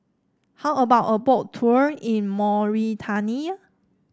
how about a Boat Tour in Mauritania